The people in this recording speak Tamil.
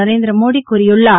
நரேந்திர மோடி கூறியுள்ளார்